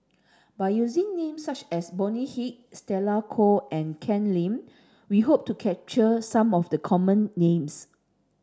by using names such as Bonny Hicks Stella Kon and Ken Lim we hope to capture some of the common names